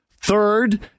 Third